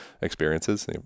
experiences